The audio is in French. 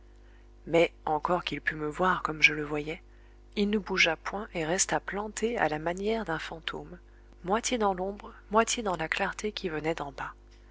mais encore qu'il pût me voir comme je le voyais il ne bougea point et resta planté à la manière d'un fantôme moitié dans l'ombre moitié dans la clarté qui venait d'en bas